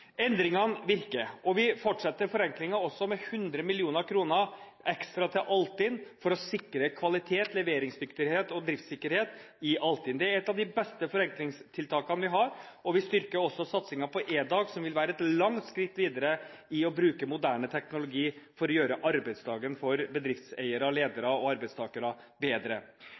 Endringene virker, og vi fortsetter forenklingen også med 100 mill. kr ekstra til Altinn for å sikre kvalitet, leveringsdyktighet og driftssikkerhet i Altinn. Det er et av de beste forenklingstiltakene vi har. Vi styrker også satsingen på EDAG, som vil være et langt skritt videre i å bruke moderne teknologi for å gjøre arbeidsdagen for bedriftseiere, ledere og arbeidstakere bedre.